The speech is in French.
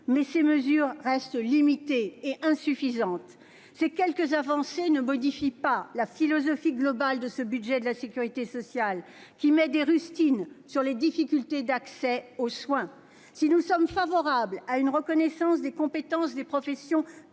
avancées demeurent limitées ; elles ne suffisent pas à modifier la philosophie globale de ce budget de la sécurité sociale, qui met des rustines sur les difficultés d'accès aux soins. Nous sommes favorables à une reconnaissance des compétences des professions